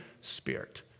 Spirit